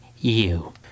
you